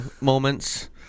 moments